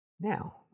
Now